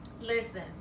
Listen